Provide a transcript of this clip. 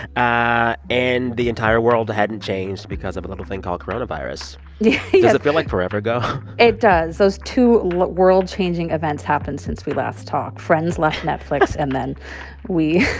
ah and the entire world hadn't changed because of a little thing called coronavirus yeah does it feel like forever ago? it does. those two world-changing events happened since we last talked friends left netflix, and then we. a